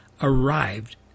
arrived